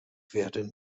werden